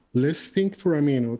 let's think for i mean